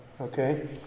okay